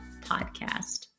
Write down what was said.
podcast